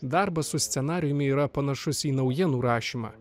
darbas su scenarijumi yra panašus į naujienų rašymą